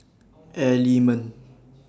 Element